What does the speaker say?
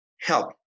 help